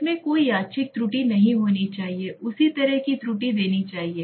इसमें कोई यादृच्छिक त्रुटि नहीं होनी चाहिए उसी तरह की त्रुटि देनी चाहिए